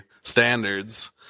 standards